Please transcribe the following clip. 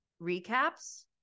Recaps